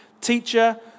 Teacher